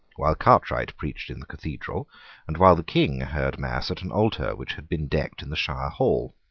while cartwright preached in the cathedral, and while the king heard mass at an altar which had been decked in the shire hall.